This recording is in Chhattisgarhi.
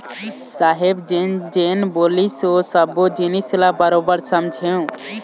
साहेब जेन जेन बोलिस ओ सब्बो जिनिस ल बरोबर समझेंव